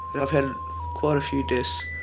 but i've had quite a few deaths,